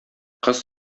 кыз